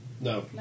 No